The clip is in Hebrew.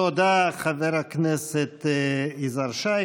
תודה, חבר הכנסת יזהר שי.